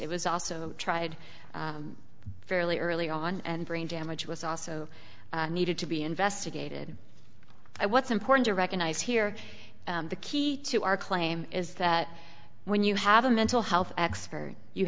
it was also tried fairly early on and brain damage was also needed to be investigated i what's important to recognize here the key to our claim is that when you have a mental health expert you